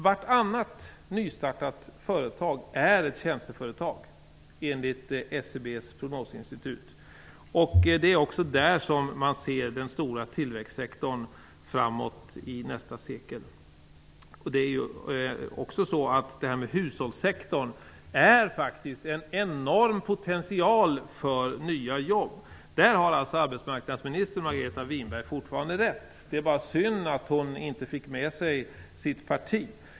Vartannat nystartat företag är enligt SCB:s prognosinstitut ett tjänsteföretag, och det är också tjänsteföretagen som man ser som den stora tillväxtsektorn under nästa sekel. Hushållssektorn är faktiskt en enorm potential för nya jobb. På den punkten har arbetsmarknadsminister Margareta Winberg fortfarande rätt, det är bara synd att hon inte har fått med sig sitt parti.